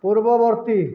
ପୂର୍ବବର୍ତ୍ତୀ